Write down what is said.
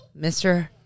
Mr